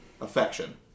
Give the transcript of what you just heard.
Affection